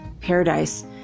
paradise